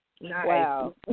wow